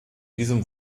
diesem